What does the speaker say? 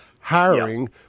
hiring